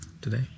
today